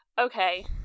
Okay